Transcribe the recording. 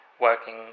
working